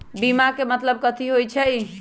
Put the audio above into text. बीमा के मतलब कथी होई छई?